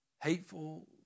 Hateful